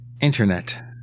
Internet